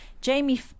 jamie